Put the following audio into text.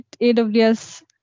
aws